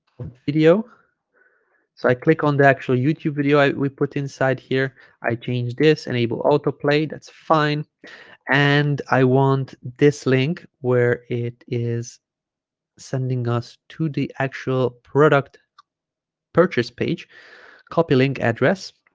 video so i click on the actual youtube video we put inside here i change this enable autoplay that's fine and i want this link where it is sending us to the actual product purchase page copy link address